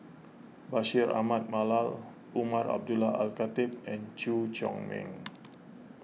Bashir Ahmad Mallal Umar Abdullah Al Khatib and Chew Chor Meng